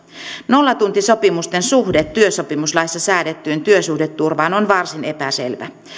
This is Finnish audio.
nollatuntisopimusten suhde työsopimuslaissa säädettyyn työsuhdeturvaan on varsin epäselvä